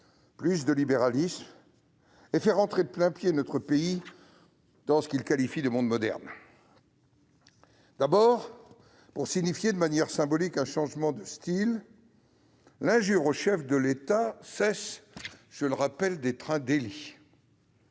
plus de libéralisme, et faire entrer de plain-pied notre pays dans ce qu'il qualifie de « monde moderne ». D'abord, pour signifier, de manière symbolique, un changement de style, l'injure au chef de l'État cesse d'être un délit.